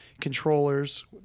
controllers